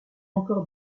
encore